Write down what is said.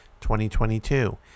2022